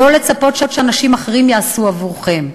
לא לצפות שאנשים אחרים יעשו עבורכם,